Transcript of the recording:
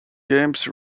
games